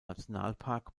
nationalpark